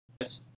Yes